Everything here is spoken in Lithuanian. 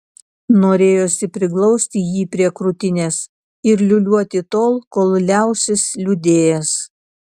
norėjosi priglausti jį prie krūtinės ir liūliuoti tol kol liausis liūdėjęs